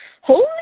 holy